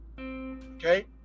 okay